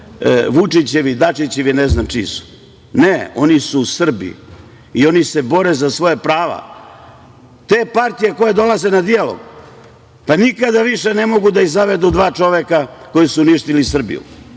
Vučićevi, Dačićevi, ne znam čiji su. Ne, oni su Srbi i oni se bore za svoja prava. Te partije koje dolaze na dijalog, pa nikada više ne mogu da ih zavedu dva čoveka koja su uništila Srbiju.